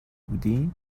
بودی